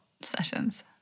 sessions